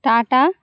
tata